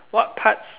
what parts